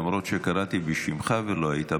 למרות שקראתי בשמך ולא היית,